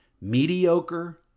mediocre